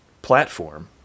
platform